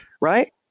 Right